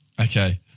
Okay